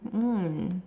mm